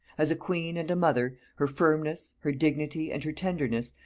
as a queen and a mother, her firmness, her dignity, and her tenderness,